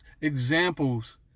examples